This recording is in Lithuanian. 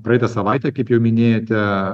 praeitą savaitę kaip jau minėjote